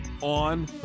on